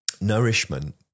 nourishment